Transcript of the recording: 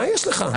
מה יש לך?